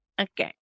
Okay